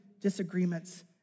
disagreements